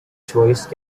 choice